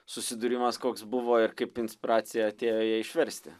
susidūrimas koks buvo ir kaip inspiracija atėjo ją išversti